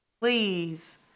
Please